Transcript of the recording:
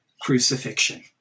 crucifixion